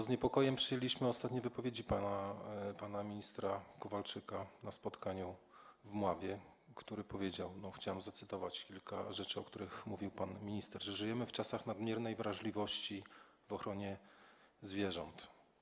Z niepokojem przyjęliśmy ostatnie wypowiedzi pana ministra Kowalczyka na spotkaniu w Mławie, który powiedział - chciałem zacytować kilka rzeczy, o których mówił pan minister - że żyjemy w czasach nadmiernej wrażliwości w ochronie zwierząt.